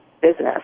business